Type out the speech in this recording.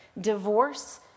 divorce